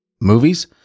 movies